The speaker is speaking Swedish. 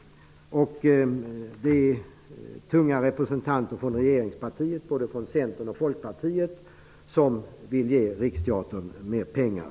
Tunga representanter för regeringen -- det gäller då både Centern och Folkpartiet -- vill ge Riksteatern mera pengar.